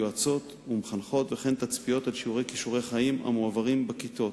יועצות ומחנכות וכן תצפיות על שיעורי "כישורי חיים" המועברים בכיתות.